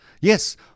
Yes